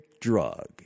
drug